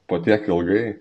po tiek ilgai